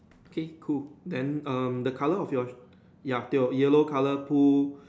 K cool then um the color of your ya tio yellow color Pooh